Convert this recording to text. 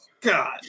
God